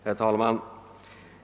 Herr talman!